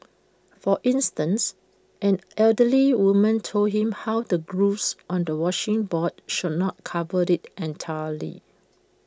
for instance an elderly woman told him how the grooves on A washing board should not covered IT entirely